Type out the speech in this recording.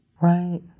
Right